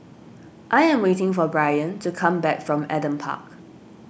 I am waiting for Brien to come back from Adam Park